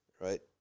right